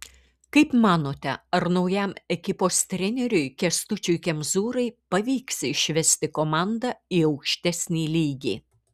kaip manote ar naujam ekipos treneriui kęstučiui kemzūrai pavyks išvesti komandą į aukštesnį lygį